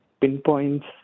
pinpoints